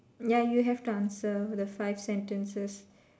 ya you have to answer the five sentences